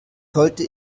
sollte